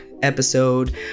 Episode